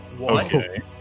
Okay